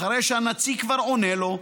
אחרי שהנציג כבר עונה לו,